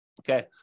Okay